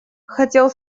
хотел